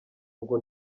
ngo